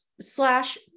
slash